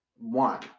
One